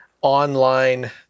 online